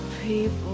people